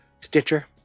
Stitcher